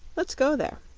let's go there.